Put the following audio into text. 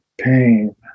pain